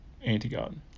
anti-god